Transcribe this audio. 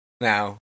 Now